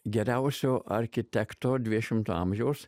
geriausio architekto dvidešimto amžiaus